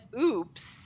oops